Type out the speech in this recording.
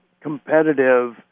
competitive